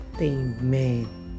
Amen